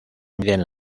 miden